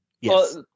Yes